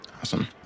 awesome